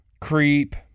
Creep